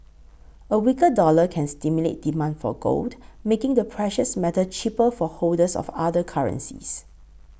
a weaker dollar can stimulate demand for gold making the precious metal cheaper for holders of other currencies